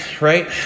right